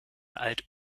alt